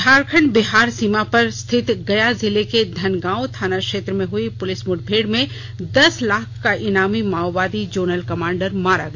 झारखंड बिहार सीमा पर स्थित गया जिले के धनगांव थाना क्षेत्र में हुई पुलिस मुठभेड़ में दस लाख का इनामी माओवादी जोनल कमांडर मारा गया